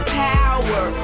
power